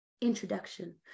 introduction